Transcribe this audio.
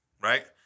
right